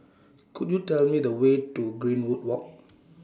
Could YOU Tell Me The Way to Greenwood Walk